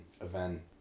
event